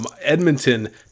edmonton